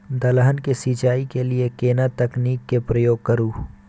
दलहन के सिंचाई के लिए केना तकनीक के प्रयोग करू?